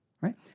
Right